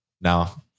now